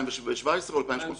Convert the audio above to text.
2017 או 2018?